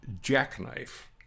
jackknife